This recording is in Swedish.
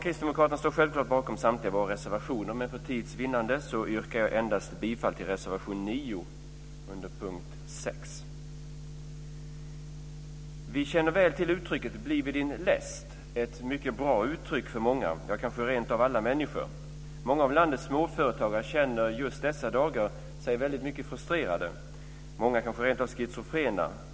Kristdemokraterna står självklart bakom samtliga våra reservationer, men för tids vinnande yrkar jag endast bifall till reservation 9 under punkt 6. Vi känner till uttrycket "bli vid din läst". Det är ett mycket bra uttryck för många, ja kanske rent av för alla människor. Många av landets småföretagare känner sig just dessa dagar mycket frustrerade, kanske rent av schizofrena.